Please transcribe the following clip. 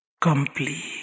Complete